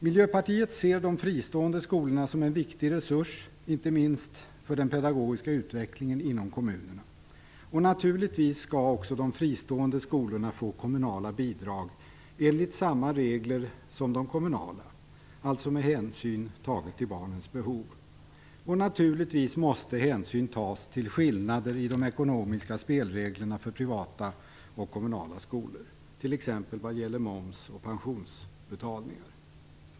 Miljöpartiet ser de fristående skolorna som en viktig resurs inte minst för den pedagogiska utvecklingen inom kommunerna. Naturligtvis skall också de fristående skolorna få bidrag enligt samma regler som de kommunala, alltså med hänsyn taget till barnens behov. Och naturligtvis måste hänsyn tas till skillnader i de ekonomiska spelreglerna för privata och kommunala skolor, t.ex. vad gäller moms och pensionsbetalningar.